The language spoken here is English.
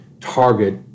target